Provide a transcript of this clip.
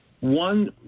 One